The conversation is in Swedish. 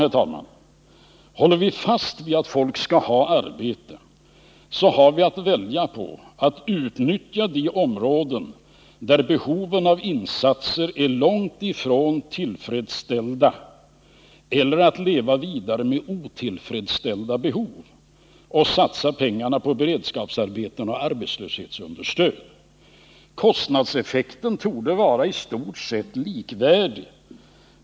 Håller vi fast vid att folk skall ha arbete, så har vi att välja mellan att utnyttja de områden där behoven av insatser är långt ifrån tillfredsställda eller att leva vidare med otillfredsställda behov och satsa pengarna på beredskapsarbeten och arbetslöshetsunderstöd. Kostnadseffekterna torde vara i stort sett likvärdiga.